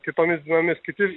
kitomis dienomis kiti